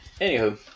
Anywho